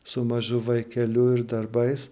su mažu vaikeliu ir darbais